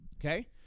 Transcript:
okay